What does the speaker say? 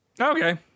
Okay